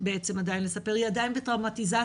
בעצם עדיין לספר והיא עדיין בטראומטיזציה,